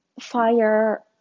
fire